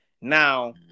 Now